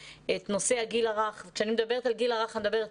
נושא הגיל הרך וכשאני מדברת על הגיל הרך אני מדברת